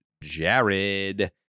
Jared